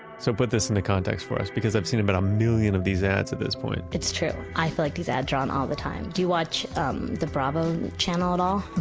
so, put this into context for us, because i've seen about a million of these ads at this point. it's true, i feel like these ads run all the time. do you watch um the bravo channel at all?